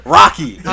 rocky